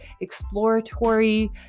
exploratory